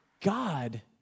God